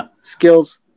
skills